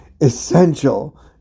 essential